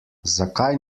zakaj